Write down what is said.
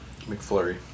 mcflurry